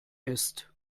ist